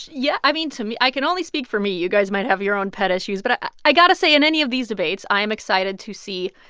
yeah. i mean, to me i can only speak for me. you guys might have your own pet issues. but i i got to say, in any of these debates, i am excited to see,